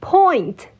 Point